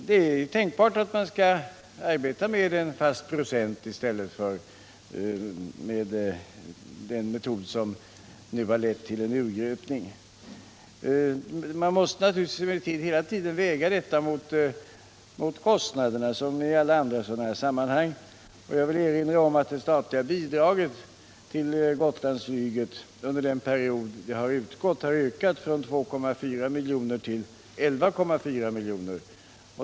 Det är tänkbart att man skall arbeta med en fast procent i stället för med den metod som nu har lett till en urgröpning. Man måste emellertid hela tiden, som i alla andra dylika sammanhang, väga detta mot kostnaderna. Jag vill erinra om att det statliga bidraget till Gotlandsflyget under den period det har utgått har ökat från 2,4 milj.kr. till 11.4 milj.kr.